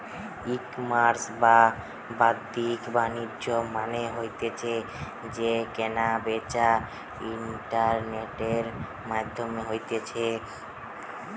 ecommerce বা বাদ্দিক বাণিজ্য মানে হতিছে যেই কেনা বেচা ইন্টারনেটের মাধ্যমে হতিছে